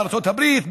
בארצות הברית,